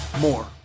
more